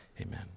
amen